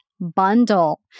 bundle